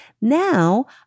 Now